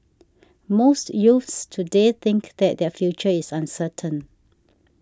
most youths today think that their future is uncertain